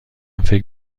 فکر